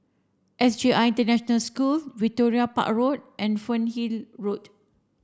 S J I International School Victoria Park Road and Fernhill Road